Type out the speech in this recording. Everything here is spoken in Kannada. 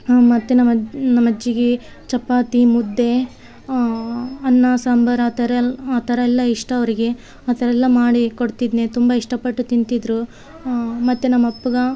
ಮತ್ತು ನಮ್ಮ ಅಜ್ಜಿ ನಮ್ಮ ಅಜ್ಜಿಗೆ ಚಪಾತಿ ಮುದ್ದೆ ಅನ್ನ ಸಾಂಬಾರು ಆ ಥರ ಎಲ್ಲ ಆ ಥರ ಎಲ್ಲ ಇಷ್ಟ ಅವರಿಗೆ ಆ ಥರ ಎಲ್ಲ ಮಾಡಿ ಕೊಡ್ತಿದ್ದೆ ತುಂಬ ಇಷ್ಟಪಟ್ಟು ತಿಂತಿದ್ರು ಮತ್ತು ನಮ್ಮ ಅಪ್ಪಗೆ